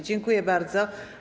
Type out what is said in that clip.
Dziękuję bardzo.